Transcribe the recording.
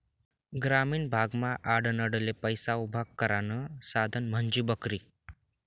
ग्रामीण भागमा आडनडले पैसा उभा करानं साधन म्हंजी बकरी